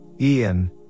Ian